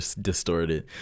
distorted